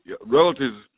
relatives